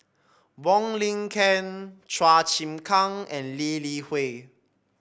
Wong Lin Ken Chua Chim Kang and Lee Li Hui